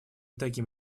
таким